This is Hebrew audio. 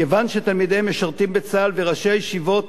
כיוון שתלמידיהן משרתים בצה"ל וראשי ישיבות